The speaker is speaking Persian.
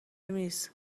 میز